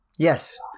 Yes